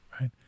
right